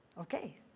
Okay